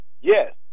Yes